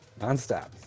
nonstop